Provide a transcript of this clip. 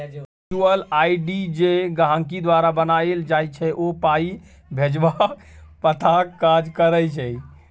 virtual ID जे गहिंकी द्वारा बनाएल जाइ छै ओ पाइ भेजबाक पताक काज करै छै